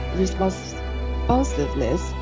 responsiveness